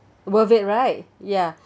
worth it right ya